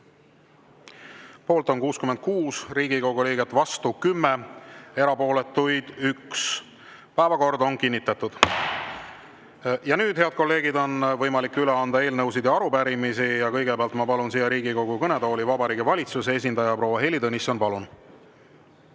Poolt on 66 Riigikogu liiget, vastu 10, erapooletuid 1. Päevakord on kinnitatud. Nüüd, head kolleegid, on võimalik üle anda eelnõusid ja arupärimisi. Kõigepealt palun Riigikogu kõnetooli Vabariigi Valitsuse esindaja proua Heili Tõnissoni. Palun!